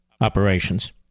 operations